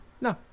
No